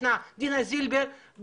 דינה זילבר,